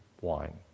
Wine